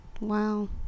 wow